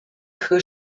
her